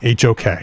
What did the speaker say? HOK